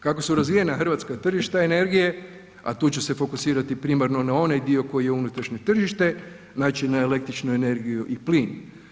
Kako su razvijena hrvatska tržišta energije, a tu ću se fokusirati primarno na onaj dio koji je unutrašnje tržište, znači na električnu energiju i plin.